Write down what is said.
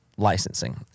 licensing